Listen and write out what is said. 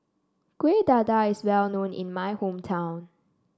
Kuih Dadar is well known in my hometown